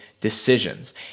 decisions